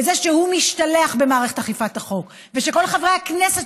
וזה שהוא משתלח במערכת אכיפת החוק ושכל חברי הכנסת